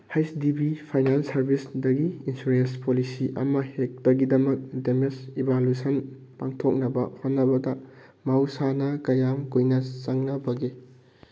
ꯍꯩꯁ D B finance ꯁꯥꯔꯕꯤꯁꯇꯒꯤ insurance policy ꯑꯃ ꯍꯦꯛꯇꯒꯤꯗꯃꯛ ꯗꯦꯃꯦꯁ ꯏꯕꯥꯂꯨꯁꯟ ꯄꯥꯡꯊꯣꯛꯅꯕ ꯍꯣꯠꯅꯕꯗ ꯃꯍꯧꯁꯥꯅ ꯀꯌꯥꯝ ꯀꯨꯏꯅ ꯆꯪꯅꯕꯒꯦ